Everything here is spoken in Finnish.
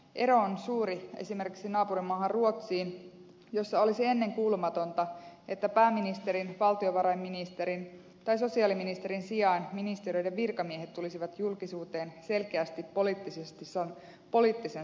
ero on suuri verrattuna vaikkapa ruotsiin jossa olisi ennenkuulumatonta että pääministerin valtiovarainministerin tai sosiaaliministerin sijaan ministeriöitten virkamiehet tulisivat julkisuuteen selkeästi poliittisen sanoman kanssa